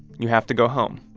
you have to go home.